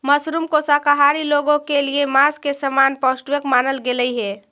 mushroom को शाकाहारी लोगों के लिए मांस के समान पौष्टिक मानल गेलई हे